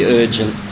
urgent